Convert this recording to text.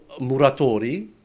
Muratori